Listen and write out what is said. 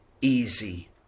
easy